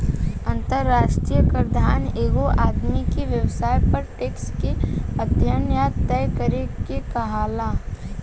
अंतरराष्ट्रीय कराधान एगो आदमी के व्यवसाय पर टैक्स के अध्यन या तय करे के कहाला